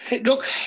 Look